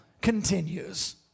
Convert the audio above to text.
continues